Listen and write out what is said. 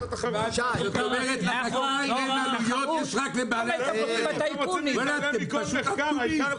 --- אתם פשוט אטומים, פשוט אטומים.